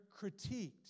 critiqued